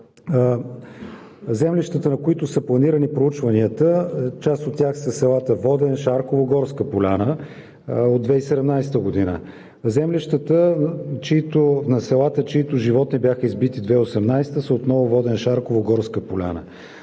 землищата, на които са планирани проучванията от 2017 г., са селата Воден, Шарково, Горска поляна. Землищата на селата, чиито животни бяха избити през 2018 г., са отново Воден, Шарково, Горска поляна.